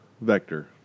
Vector